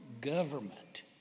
government